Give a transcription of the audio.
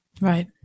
Right